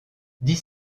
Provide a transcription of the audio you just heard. dix